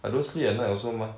I don't sleep at night also mah